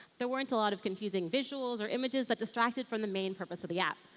there weren't a lot of confusing visuals or images that distracted from the main purpose of the app.